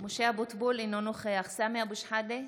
משה אבוטבול, אינו נוכח סמי אבו שחאדה,